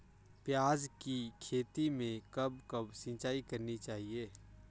प्याज़ की खेती में कब कब सिंचाई करनी चाहिये?